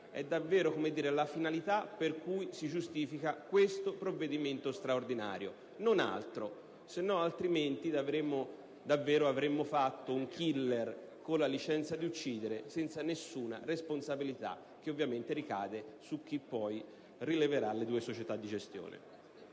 è la reale finalità per cui si giustifica tale provvedimento straordinario, e non altro. Altrimenti avremmo davvero creato un *killer* con la licenza di uccidere senza alcuna responsabilità, la quale ovviamente ricadrà su chi poi rileverà le due società di gestione.